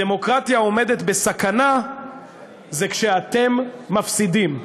הדמוקרטיה עומדת בסכנה כשאתם מפסידים.